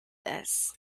this